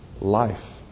life